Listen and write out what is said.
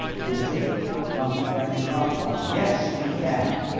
you think nothing can be done. but yes, we can.